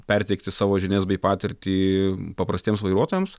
perteikti savo žinias bei patirtį paprastiems vairuotojams